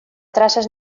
traces